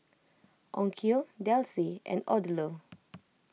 Onkyo Delsey and Odlo